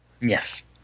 Yes